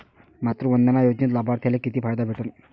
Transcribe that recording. मातृवंदना योजनेत लाभार्थ्याले किती फायदा भेटन?